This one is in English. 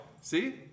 See